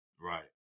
right